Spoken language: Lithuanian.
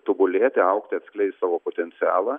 tobulėti augti atskleist savo potencialą